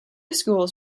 schools